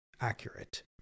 accurate